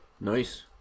nice